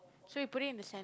so you put it in the cen~